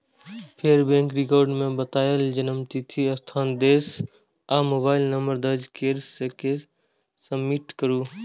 फेर bank record मे बतायल जन्मतिथि, स्थान, देश आ मोबाइल नंबर दर्ज कैर के सबमिट करू